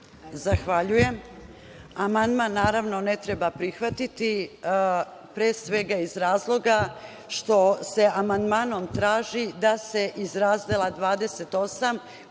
Zahvaljujem. Amandman naravno ne treba prihvatiti pre svega iz razloga što se amandmanom traži da se iz razdela 28,